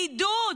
בעידוד,